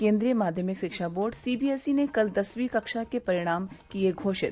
केन्द्रीय माध्यमिक शिक्षा बोर्ड सीबीएसई ने कल दसवीं कक्षा के परिणाम किये घोषित